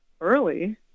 early